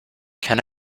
can